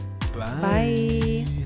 bye